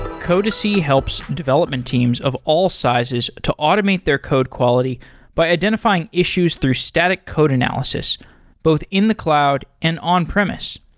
codacy helps development teams of all sizes to automate their code quality by identifying issues through static code analysis both in the cloud and on-premise.